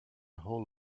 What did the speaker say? whole